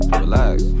relax